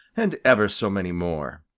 and ever so many more.